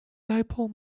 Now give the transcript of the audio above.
dipole